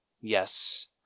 Yes